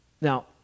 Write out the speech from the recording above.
Now